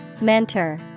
Mentor